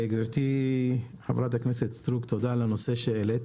גברתי, חברת הכנסת סטרוק, תודה על הנושא שהעלית.